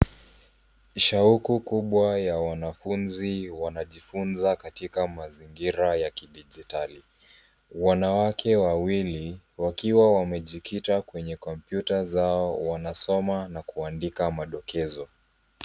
Ni shauku kubwa ya wanafunzi wanajifunza katika mazingira ya kidijitali. Wanawake wawili wakiwa wamejikita kwenye kompyuta zao wanasoma na kuandika madokezo.